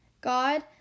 God